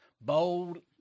bold